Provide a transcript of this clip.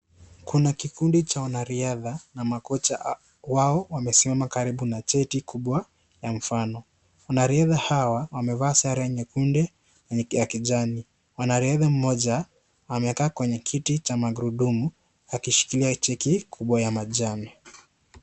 Kuna kikundi cha wanariadha na makocha wao wamesimama karibu na cheti kubwa ya mfano, wanariadha hawa wamevaa sare nyekundu na ya kijani, mwanariadha mmoja amekaa kwenye kiti cha magurudumu akishikilia cheki kubwa ya majani.